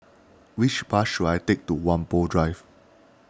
which bus should I take to Whampoa Drive